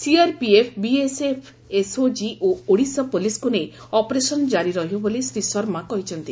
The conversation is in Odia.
ସିଆର୍ପିଏଫ୍ ବିଏସ୍ଏଫ୍ ଏସ୍ଓକି ଓ ଓଡ଼ିଶା ପୁଲିସ୍କୁ ନେଇ ଅପରେସନ୍ ଜାରି ରହିବ ବୋଲି ଶ୍ରୀ ଶର୍ମା କହିଛନ୍ତି